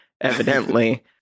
evidently